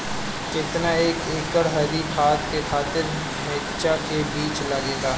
केतना एक एकड़ हरी खाद के खातिर ढैचा के बीज लागेला?